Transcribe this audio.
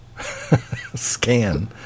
scan